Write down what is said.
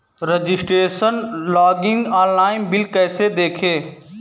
Registration login online bill कैसे देखें?